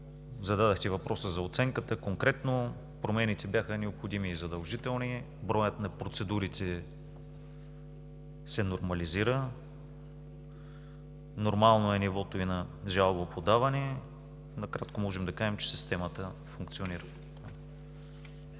Зададохте въпрос за оценката. Конкретно промените бяха необходими и задължителни. Броят на процедурите се нормализира, нормално е нивото и на жалбоподаване. Накратко можем да кажем, че системата функционира.